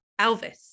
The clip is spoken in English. Elvis